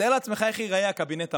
תאר לעצמך איך ייראה הקבינט הבא.